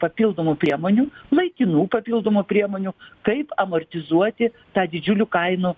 papildomų priemonių laikinų papildomų priemonių kaip amortizuoti tą didžiulių kainų